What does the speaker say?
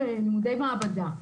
לימודי מעבדה,